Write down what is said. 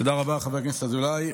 תודה רבה, חבר הכנסת אזולאי.